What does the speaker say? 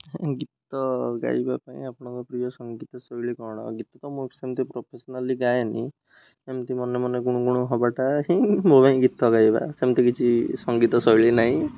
ଗୀତ ଗାଇବା ପାଇଁ ଆପଣଙ୍କ ପ୍ରିୟ ସଙ୍ଗୀତ ଶୈଳୀ କ'ଣ ଗୀତ ତ ମୁଁ ସେମିତି ପ୍ରୋଫେସ୍ନାଲି ଗାଏନି ଏମିତି ମନେ ମନେ ଗୁଣୁ ଗୁଣୁ ହବାଟା ହିଁ ମୋ ପାଇଁ ଗୀତ ଗାଇବା ସେମିତି କିଛି ସଙ୍ଗୀତ ଶୈଳୀ ନାହିଁ